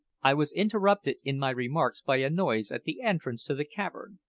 i was interrupted in my remarks by a noise at the entrance to the cavern,